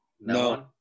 no